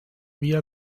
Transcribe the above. via